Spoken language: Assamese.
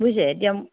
বুইছে এতিয়া